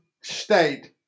state